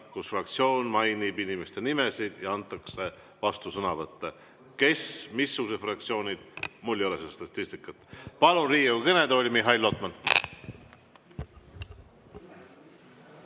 kus fraktsioon mainib inimeste nimesid ja antakse vastusõnavõtte. Kes, missugused fraktsioonid – mul ei ole seda statistikat. Palun Riigikogu kõnetooli Mihhail Lotmani.